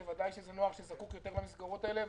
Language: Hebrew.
ברור שזה נוער שזקוק יותר למסגרות האלה,